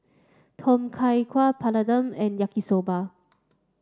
Tom Kha Gai Papadum and Yaki Soba